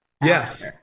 Yes